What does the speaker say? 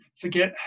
forget